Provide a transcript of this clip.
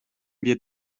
wir